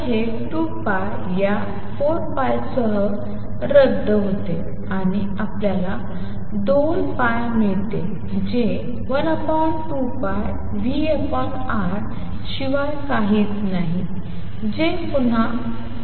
तर हे 2 π या 4 2 सह रद्द होते आणि आपलयाला दोन π मिळतात जे 12πvR शिवाय काहीच नाही जे पुन्हा 2π आहे